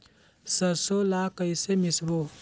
सरसो ला कइसे मिसबो?